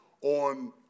on